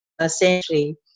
Essentially